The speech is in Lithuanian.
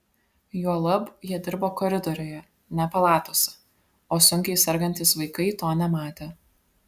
juolab jie dirbo koridoriuje ne palatose o sunkiai sergantys vaikai to nematė